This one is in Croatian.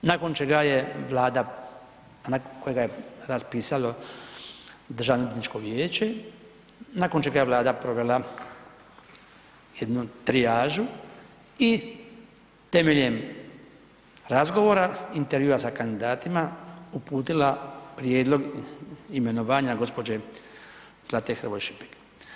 Nakon čega je Vlada, nakon kojega je raspisalo Državno-odvjetničko vijeće, nakon čega je Vlada provela jednu trijažu i temeljem razgovora, intervjua sa kandidatima uputila prijedlog imenovanja gospođe Zlate Hrvoje Šipek.